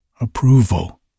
Approval